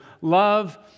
love